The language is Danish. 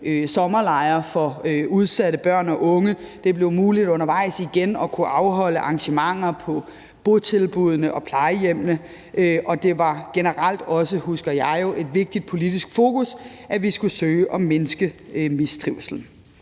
sommerlejre for udsatte børn og unge; det blev muligt undervejs igen at kunne afholde arrangementer på botilbuddene og plejehjemmene; og det var generelt også, husker jeg jo, et vigtigt politisk fokus, at vi skulle søge at mindske mistrivslen